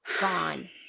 gone